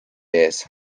ees